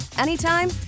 anytime